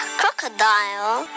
crocodile